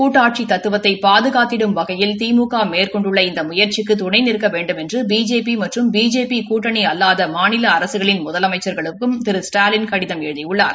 கூட்டாட்சி தத்துவத்தை பாதுகாத்திடும் வகையில் திமுக மேற்கொண்டுள்ள இந்த முயற்சிக்கு துணை நிற்க வேண்டுமென்று பிஜேபி மற்றும் பிஜேபி கூட்டணி அல்லாத மாநில அரசுகளின் முதலமைச்சர்களுக்கும் திரு ஸ்டலின் கடிதம் எழுதியுள்ளார்